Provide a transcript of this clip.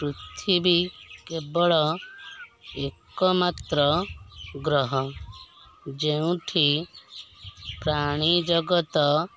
ପୃଥିବୀ କେବେଳ ଏକମାତ୍ର ଗ୍ରହ ଯେଉଁଠି ପ୍ରାଣୀଜଗତ